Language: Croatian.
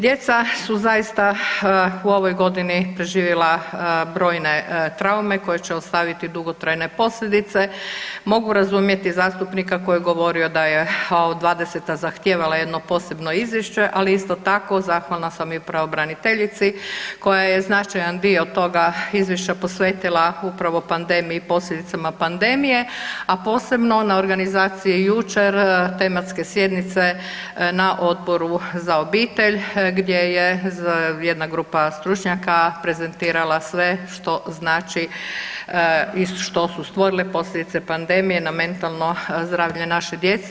Djeca su zaista u ovoj godini preživjela brojne traume koje će ostaviti dugotrajne posljedice, mogu razumjeti zastupnika koji je govorio da je '20. zahtijevala jedno posebno izvješće, ali isto tako zahvalna sam i pravobraniteljici koja je značajan dio toga izvješća posvetila upravo pandemiji i posljedicama pandemije, a posebno na organizaciji jučer tematske sjednice na Odboru za obitelj gdje je jedna grupa stručnjaka prezentirala sve što znači i što su stvorile posljedice pandemije na mentalno zdravlje naše djece.